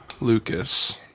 Lucas